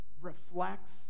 reflects